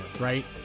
right